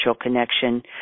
connection